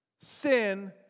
sin